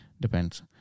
Depends